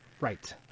right